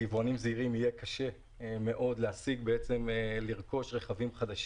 יבואנים של רכבים שהם לא רכב פרטי או רכב